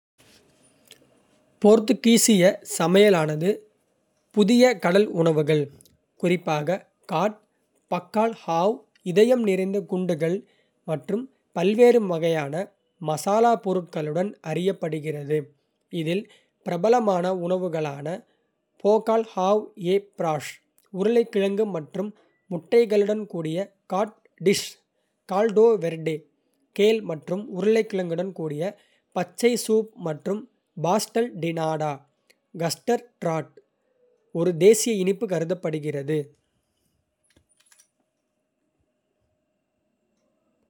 போர்த்துகீசிய சமையலானது புதிய கடல் உணவுகள், குறிப்பாக காட் பக்கால்ஹாவ், இதயம் நிறைந்த குண்டுகள் மற்றும் பல்வேறு வகையான மசாலாப் பொருட்களுடன் அறியப்படுகிறது, இதில் பிரபலமான உணவுகளான பேகால்ஹாவ் எ பிராஸ் உருளைக்கிழங்கு மற்றும் முட்டைகளுடன் கூடிய காட் டிஷ், கால்டோ வெர்டே கேல் மற்றும் உருளைக்கிழங்குடன் கூடிய பச்சை சூப் மற்றும் பாஸ்டல் டி நாடா கஸ்டர்ட் டார்ட் ஒரு தேசிய இனிப்பு கருதப்படுகிறது.